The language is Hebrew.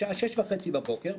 בשעה 6:30 בבוקר,